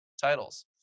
titles